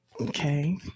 Okay